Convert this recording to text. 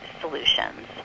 solutions